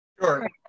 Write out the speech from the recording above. Sure